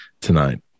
tonight